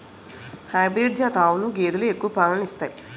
hybrid జాతి ఆవులు గేదెలు ఎక్కువ పాలను ఇత్తాయి